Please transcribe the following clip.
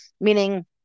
meaning